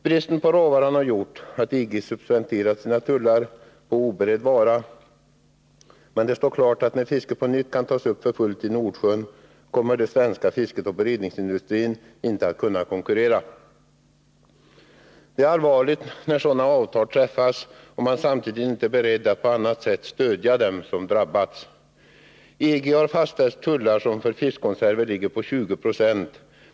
Bristen på råvara har gjort att EG har suspenderat sina tullar på oberedd vara, men det står klart att när fisket på nytt kan tas upp för fullt i Nordsjön kommer det svenska fisket och beredningsindustrin inte att kunna konkurrera. Det är allvarligt när sådana avtal träffas om man inte samtidigt är beredd att på annat sätt stödja dem som drabbas. EG har fastställt tullar som för fiskkonserver ligger på 20 20.